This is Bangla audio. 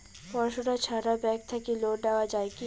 পড়াশুনা ছাড়া ব্যাংক থাকি লোন নেওয়া যায় কি?